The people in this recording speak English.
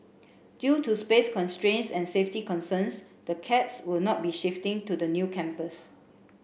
due to space constraints and safety concerns the cats will not be shifting to the new campus